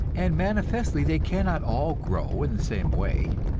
and manifestly they cannot all grow in the same way.